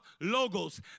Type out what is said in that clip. logos